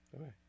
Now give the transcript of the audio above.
Okay